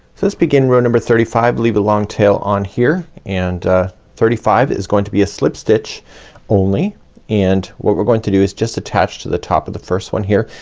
so let's begin row number thirty five. leave a long tail on here and thirty five is going to be a slip stitch only and what we're going to do is just attach to the top of the first one here.